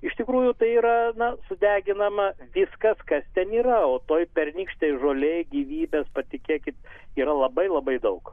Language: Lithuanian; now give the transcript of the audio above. iš tikrųjų tai yra na sudeginama viskas kas ten yra o toj pernykštėj žolėj gyvybės patikėkit yra labai labai daug